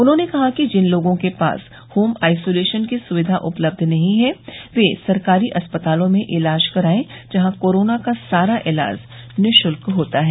उन्होंने कहा कि जिन लोगों के पास होम आइसोलेशन की सुविधा उपलब्ध नहीं है वे सरकारी अस्पतालों में इलाज कराये जहां कोरोना का सारा इलाज निःशुल्क होता है